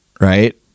right